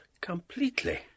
completely